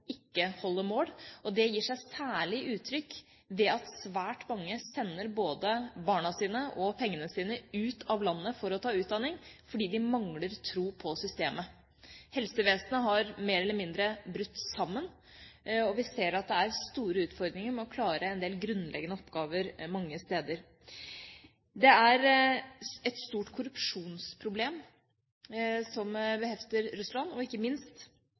ikke holder mål, og det gir seg særlig uttrykk ved at svært mange sender barna sine – og pengene sine – ut av landet for å ta utdanning, fordi de mangler tro på systemet. Helsevesenet har mer eller mindre brutt sammen, og vi ser at det er store utfordringer med å klare en del grunnleggende oppgaver mange steder. Det er et stort korrupsjonsproblem som behefter Russland, og ikke minst